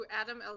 Adam